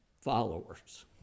followers